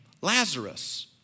Lazarus